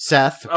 Seth